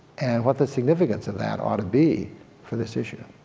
and what the significance of that ought to be for this issue.